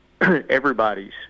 everybody's